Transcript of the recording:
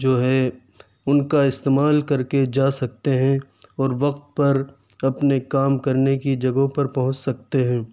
جو ہے ان کا استعمال کر کے جا سکتے ہیں اور وقت پر اپنے کام کرنے کی جگہوں پر پہنچ سکتے ہیں